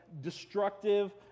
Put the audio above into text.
destructive